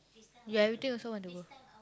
you everything also want to go